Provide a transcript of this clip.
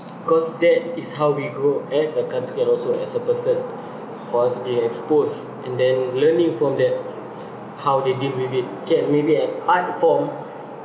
cause that is how we grow as a country and also as a person for us to be exposed and then learning from that how they deal with it K maybe an art form